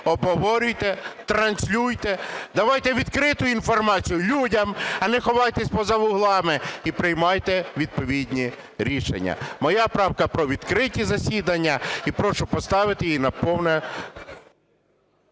обговорюйте, транслюйте. Давайте відкриту інформацію людям, а не ховайтесь поза углами. І приймайте відповідні рішення. Моя правка про відкриті засідання, і прошу поставити її на повне…